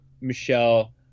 Michelle